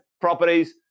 properties